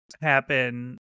happen